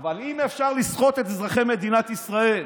אבל אם אפשר לסחוט את אזרחי מדינת ישראל